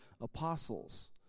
apostles